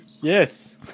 Yes